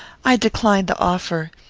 i declined the offer.